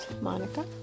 Monica